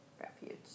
Refuge